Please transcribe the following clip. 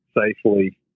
safely